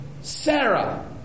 Sarah